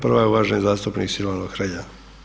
Prva je uvaženi zastupnik Silavano Hrelja.